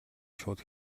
шууд